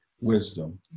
wisdom